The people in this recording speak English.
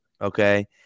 Okay